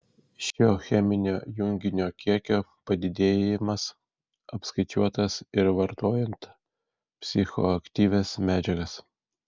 šio cheminio junginio kiekio padidėjimas apskaičiuotas ir vartojant psichoaktyvias medžiagas